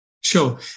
Sure